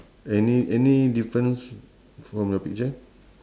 any any difference from your picture